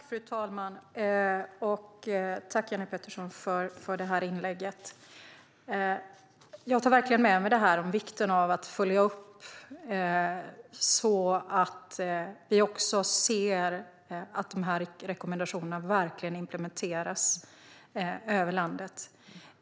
Fru talman! Tack, Jenny Petersson, för inlägget! Jag tar med mig hur viktigt det är att följa upp att rekommendationerna verkligen implementeras över landet.